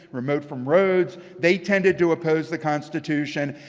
remote from roads, they tended to oppose the constitution.